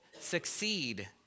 succeed